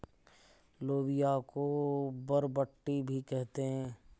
लोबिया को बरबट्टी भी कहते हैं